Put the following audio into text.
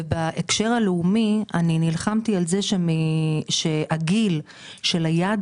ובהקשר הלאומי אני נלחמתי על זה שהגיל של היעד